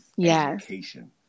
education